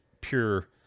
pure